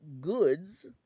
goods